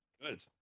Good